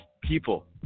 People